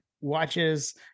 watches